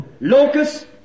locust